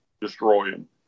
destroying